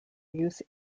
use